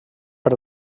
per